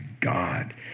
god